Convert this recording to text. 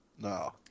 No